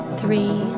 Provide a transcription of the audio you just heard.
three